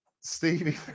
Stevie